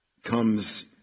comes